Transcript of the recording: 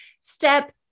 step